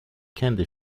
candy